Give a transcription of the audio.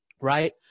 right